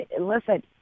listen